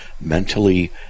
mentally